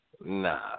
Nah